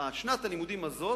שנת הלימודים הזו